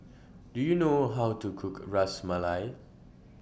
Do YOU know How to Cook Ras Malai